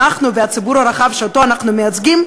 אנחנו והציבור הרחב שאנחנו מייצגים,